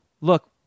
look